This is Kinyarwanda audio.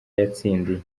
yatsindiye